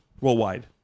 Worldwide